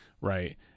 right